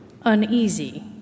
uneasy